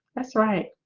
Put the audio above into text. that's right